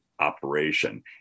operation